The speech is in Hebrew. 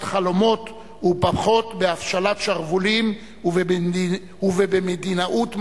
חלומות ופחות בהפשלת שרוולים ובמדינאות מעשית.